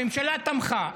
הממשלה תמכה.